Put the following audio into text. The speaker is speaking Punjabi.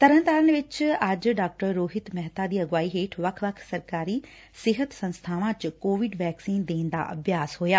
ਤਰਨਤਾਰਨ ਵਿਚ ਵੀ ਅੱਜ ਡਾ ਰੋਹਿਤ ਮਹਿਤਾ ਦੀ ਅਗਵਾਈ ਹੇਠ ਵੱਖ ਵੱਖ ਸਰਕਾਰੀ ਸਿਹਤ ਸੰਸਬਾਵਾਂ ਚ ਕੋਵਿਡ ਵੈਕਸੀਨ ਦੇਣ ਦਾ ਅਭਿਆਸ ਹੋਇਆ